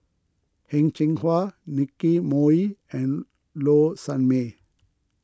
Heng Cheng Hwa Nicky Moey and Low Sanmay